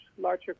larger